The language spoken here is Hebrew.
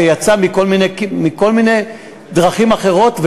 זה יצא בכל מיני דרכים אחרות,